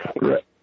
Right